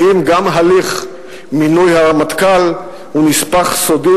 האם גם הליך מינוי הרמטכ"ל הוא נספח סודי